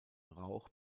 rauch